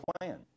plan